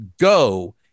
Go